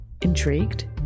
Intrigued